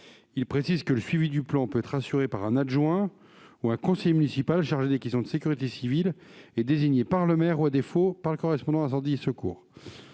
Il précise que le suivi du plan peut être assuré par un adjoint ou un conseiller municipal chargé des questions de sécurité civile et désigné par le maire ou, à défaut, par le correspondant incendie et secours.